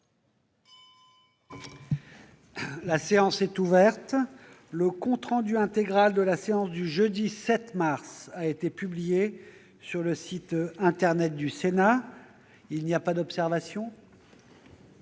La séance est ouverte. Le compte rendu intégral de la séance du jeudi 7 mars 2019 a été publié sur le site internet du Sénat. Il n'y a pas d'observation ?